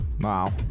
Wow